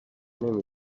نمی